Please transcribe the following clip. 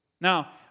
Now